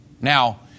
Now